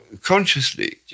consciously